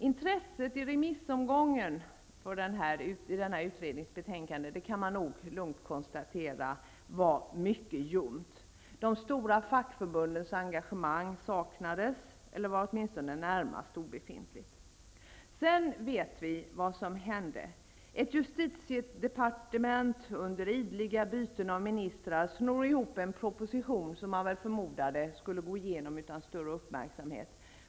Intresset i remissomgången för utredningsbetänkandet var, kan man nog lugnt konstatera, mycket ljumt. De stora fackförbundens engagemang var närmast obefintligt. Sedan vet vi vad som hände. Ett justitiedepartement under ideliga byten av ministrar snodde ihop en proposition, som man väl förmodade skulle gå igenom utan större uppmärksamhet.